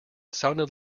sounded